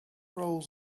rolls